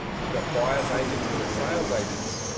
we've got buyer's agents, we've got sales agents.